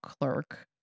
clerk